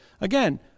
again